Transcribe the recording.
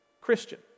Christian